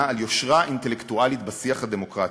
על יושרה אינטלקטואלית בשיח הדמוקרטי.